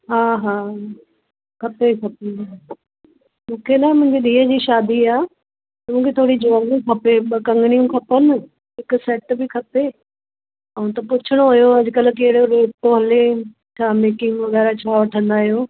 हा हा खपे खपे मूंखे न मुंहिंजी धीअ जी शादी आहे मूंखे थोरी ज्वैलरी खपे ॿ कंगड़ियूं खपनि हिकु सैट बि खपे ऐं त पुछिणो हुओ अॼुकल्ह कहिड़ो रेट थो हले छा मेकिंग वग़ैरह छा वठंदा आहियो